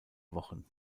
wochen